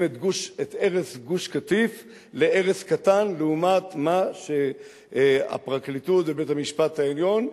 את הרס גוש-קטיף להרס קטן לעומת מה שהפרקליטות ובית-המשפט העליון,